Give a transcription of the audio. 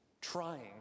trying